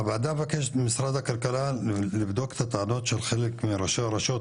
הוועדה מבקשת ממשרד הכלכלה לבדוק את הטענות של חלק מראשי הרשויות,